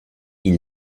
ils